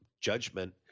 judgment